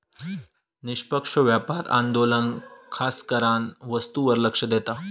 निष्पक्ष व्यापार आंदोलन खासकरान वस्तूंवर लक्ष देता